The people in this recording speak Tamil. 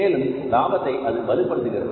மேலும் லாபத்தை அது வலுப்படுத்துகிறது